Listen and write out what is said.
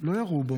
לא ירו בו.